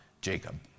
Jacob